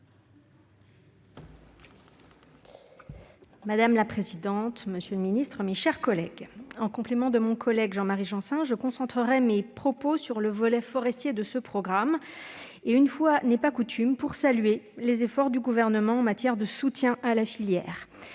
Madame la présidente, monsieur le ministre, mes chers collègues, mon intervention venant en complément de celle de Jean-Marie Janssens, je concentrerai mes propos sur le volet forestier de ce programme, pour, une fois n'est pas coutume, saluer les efforts du Gouvernement en matière de soutien à la filière.